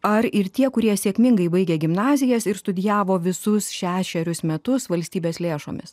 ar ir tie kurie sėkmingai baigė gimnazijas ir studijavo visus šešerius metus valstybės lėšomis